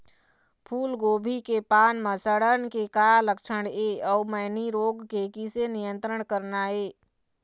फूलगोभी के पान म सड़न के का लक्षण ये अऊ मैनी रोग के किसे नियंत्रण करना ये?